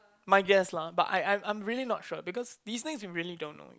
my guess lah but I I I am really not sure because this thing you really don't know